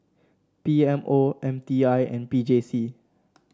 P M O M T I and P J C